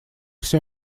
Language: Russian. все